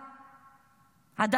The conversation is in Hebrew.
אגב,